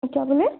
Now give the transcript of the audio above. क्या बोले